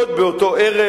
עוד באותו ערב,